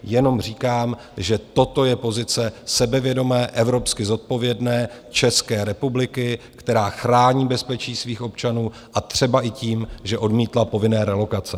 Jenom říkám, že toto je pozice sebevědomé, evropsky zodpovědné České republiky, která chrání bezpečí svých občanů, a třeba i tím, že odmítla povinné relokace.